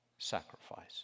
sacrifice